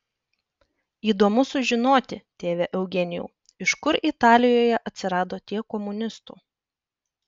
įdomu sužinoti tėve eugenijau iš kur italijoje atsirado tiek komunistų